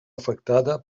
afectada